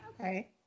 Okay